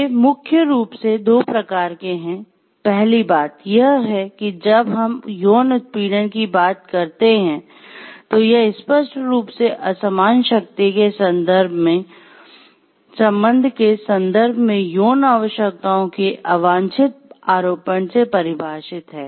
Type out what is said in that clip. ये मुख्य रूप से दो प्रकार के हैं पहली बात यह है कि जब हम यौन उत्पीड़न की बात करते हैं तो यह स्पष्ट रूप से असमान शक्ति के संबंध के संदर्भ में यौन आवश्यकताओं के अवांछित आरोपण से परिभाषित है